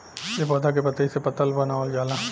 ए पौधा के पतइ से पतल बनावल जाला